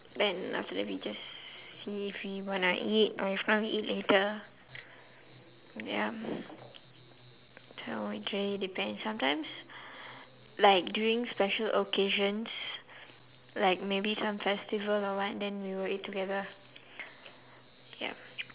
then after that we just see if we wanna eat or if not we eat later ya so it really depends sometimes like during special occasions like maybe some festival or what then we will eat together yup